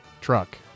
truck